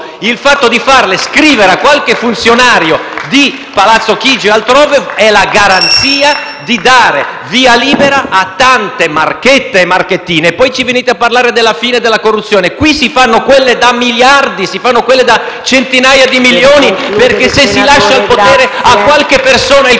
Il fatto di farle scrivere a qualche funzionario di Palazzo Chigi o altrove è la garanzia di dare via libera a tante marchette e marchettine. E poi ci venite a parlare della fine della corruzione: qui si fanno quelle da miliardi, si fanno quelle da centinaia di milioni *(Applausi dal Gruppo FI-BP)*, perché, se si lascia il potere a qualche persona,